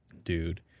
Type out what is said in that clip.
Dude